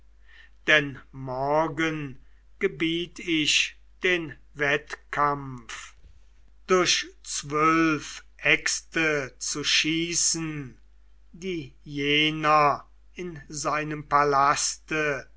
denn morgen gebiet ich den wettkampf durch zwölf äxte zu schießen die jener in seinem palaste